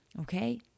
Okay